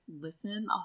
listen